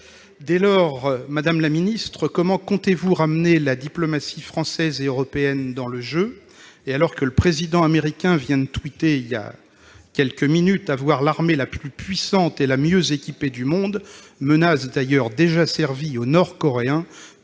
Dès lors, madame la secrétaire d'État, comment comptez-vous ramener la diplomatie française et européenne dans le jeu ?